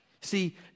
See